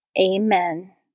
Amen